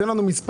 תן לנו מספרים.